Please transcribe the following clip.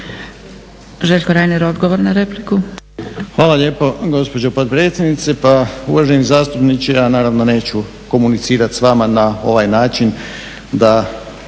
Željko Reiner, odgovor na repliku.